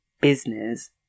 business